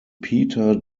peter